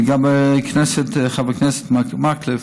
לגבי חבר הכנסת מקלב,